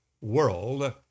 world